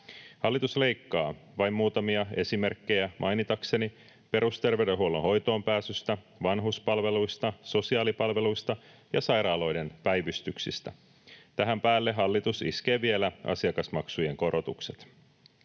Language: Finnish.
Hallitus leikkaa — vain muutamia esimerkkejä mainitakseni — perusterveydenhuollon hoitoonpääsystä, vanhuspalveluista, sosiaalipalveluista ja sairaaloiden päivystyksistä. Tähän päälle hallitus iskee vielä asiakasmaksujen korotukset.